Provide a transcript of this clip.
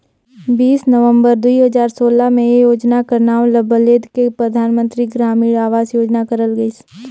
बीस नवंबर दुई हजार सोला में ए योजना कर नांव ल बलेद के परधानमंतरी ग्रामीण अवास योजना करल गइस